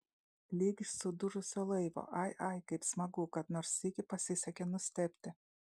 lyg iš sudužusio laivo ai ai kaip smagu kad nors sykį pasisekė nustebti